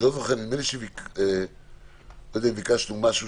נדמה לי שביקשנו משהו